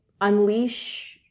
unleash